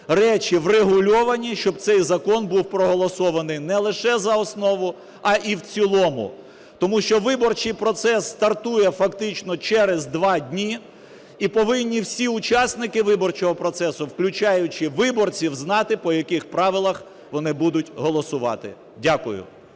речі врегульовані, щоб цей закон був проголосований не лише за основу, а й в цілому. Тому що виборчий процес стартує фактично через два дні, і повинні всі учасники виборчого процесу, включаючи виборців, знати, по яких правилах вони будуть голосувати. Дякую.